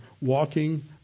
walking